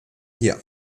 hier